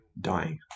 dying